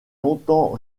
longtemps